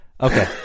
okay